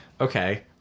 okay